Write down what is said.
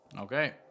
Okay